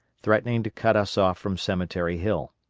threatening to cut us off from cemetery hill.